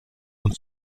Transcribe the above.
und